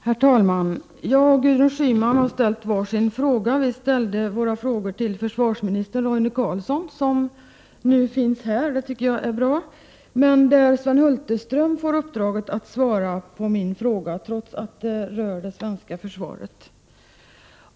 Herr talman! Gudrun Schyman och jag har ställt var sin fråga. Vi ställde våra frågor till försvarsminister Roine Carlsson, som nu finns här — det tycker jag är bra — men Sven Hulterström får uppdraget att svara på min fråga trots att den rör det svenska försvaret.